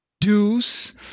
Deuce